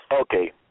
Okay